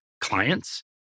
clients